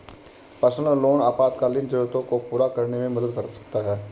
personal loan आपातकालीन जरूरतों को पूरा करने में मदद कर सकता है